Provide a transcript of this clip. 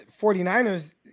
49ers